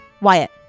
Wyatt